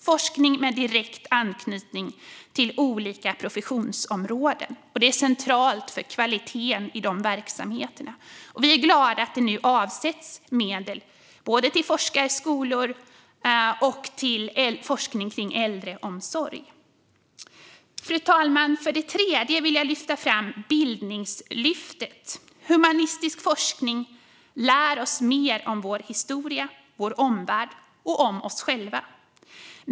Forskning med direkt anknytning till olika professionsområden är central för kvaliteten i de verksamheterna. Vi är glada att det nu avsätts medel både till forskarskolor och till forskning kring äldreomsorg. Fru talman! För det tredje vill jag lyfta fram bildningslyftet. Humanistisk forskning lär oss mer om vår historia, om vår omvärld och om oss själva.